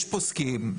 יש פוסקים,